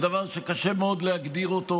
זה דבר שקשה מאוד להגדיר אותו.